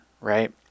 right